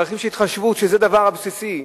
ערכים של התחשבות, שזה הדבר הבסיסי,